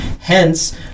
Hence